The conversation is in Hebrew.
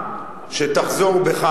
ממך שתחזור בך,